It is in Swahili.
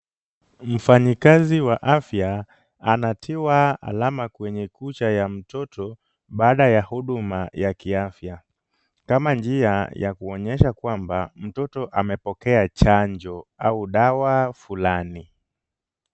Mfanyikazi wa afya anatiwa alama kwenye kucha ya mtoto baada ya huduma ya kiafya kama njia ya kuonyesha kwamba mtoto amepokea chanjo au dawa fulani.